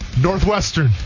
Northwestern